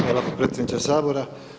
Hvala potpredsjedniče Sabora.